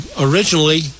originally